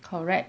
correct